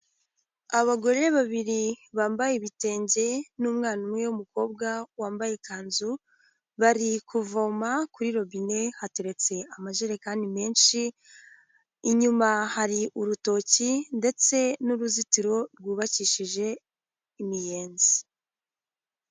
Abagore babiri bambaye ibitenge n'umwana umwe w'umukobwa wambaye ikanzu bari kuvoma kuri robine hateretse amajerekani menshi, inyuma hari urutoki ndetse n'uruzitiro rwubakishije imiyenzi.